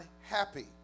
happy